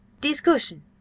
Discussion